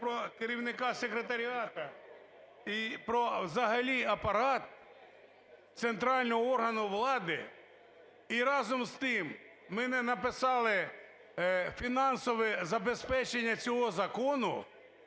про керівника секретаріату і взагалі про апарат центрального органу влади , і разом з тим ми не написали фінансове забезпечення цього закону,